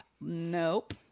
Nope